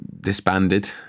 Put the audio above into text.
disbanded